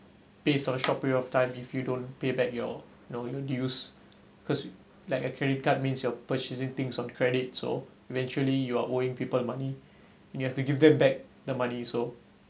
based on a short period of time if you don't pay back your you know your dues cause like a credit card means you are purchasing things on credit so eventually you are owing people money and you have to give them back the money so